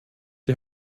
die